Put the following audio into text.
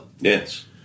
Yes